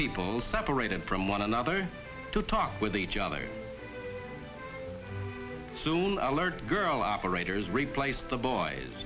people separated from one another to talk with each other soon alert girl operators replaced the boys